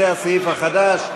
זה הסעיף החדש,